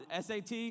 SAT